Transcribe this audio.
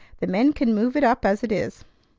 the men can move it up as it is.